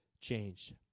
changed